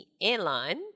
airline